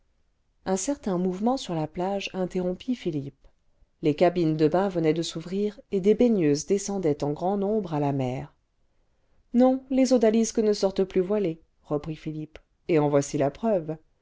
un certain mouvement sur la plage interrompit philippe les cabines de bains venaient de s'ouvrir et des baigneuses descendaient en grand nombre à la mer non les odalisques ne sortent plus voilées reprit philippe et en voici la preuve